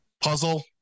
puzzle